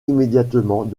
immédiatement